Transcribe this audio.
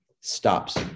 stops